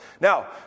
Now